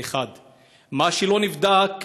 זה, 1, מה שלא נבדק